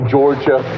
Georgia